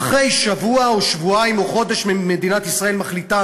ואחרי שבוע או שבועיים או חודש מדינת ישראל מחליטה,